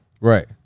Right